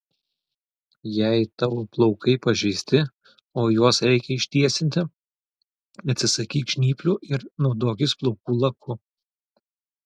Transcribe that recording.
jei tavo plaukai pažeisti o juos reikia ištiesinti atsisakyk žnyplių ir naudokis plaukų laku